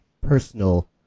personal